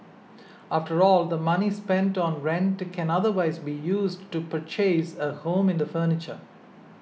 after all the money spent on rent can otherwise be used to purchase a home in the future